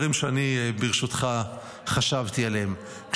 ברשותך, אלה דברים שחשבתי עליהם.